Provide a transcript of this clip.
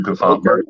Okay